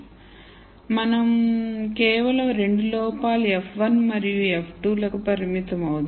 కాబట్టి మనం కేవలం 2 లోపాలు f1 మరియు f2 లకు పరిమితమవుదాం